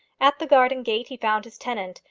at the garden gate he found his tenant,